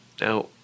Now